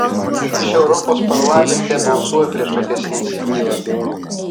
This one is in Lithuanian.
aš europos parlamente balsuoju prieš tokias iniciatyvas